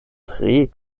tre